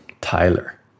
Tyler